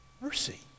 mercy